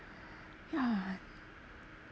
yeah